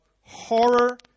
horror